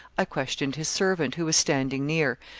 i questioned his servant, who was standing near,